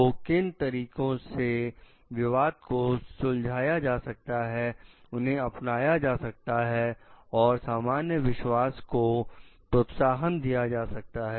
दो किन तरीकों से विवाद को सुलझाया जा सकता है उन्हें अपनाया जाता है और सामान विश्वास को प्रोत्साहन दिया जाता है